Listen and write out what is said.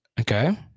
Okay